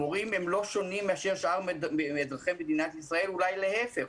המורים הם לא שונים משאר אזרחי מדינת ישראל ואולי להיפך,